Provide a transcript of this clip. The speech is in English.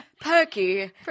Perky